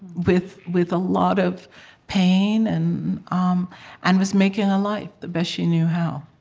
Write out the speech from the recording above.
with with a lot of pain, and um and was making a life the best she knew how.